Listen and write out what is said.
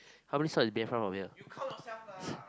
how many stops is Bayfront from here